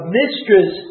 mistress